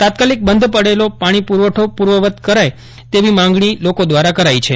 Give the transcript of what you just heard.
તાત્કાલિક બંધ પડેલો પાણી પુરવઠો પૂર્વવત્ કરાય તેવી માગણી લોકો દ્વારા કરાઈ છે